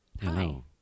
Hello